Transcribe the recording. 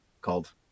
called